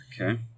Okay